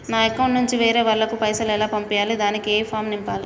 నా అకౌంట్ నుంచి వేరే వాళ్ళకు పైసలు ఎలా పంపియ్యాలి దానికి ఏ ఫామ్ నింపాలి?